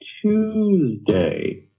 Tuesday